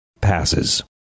passes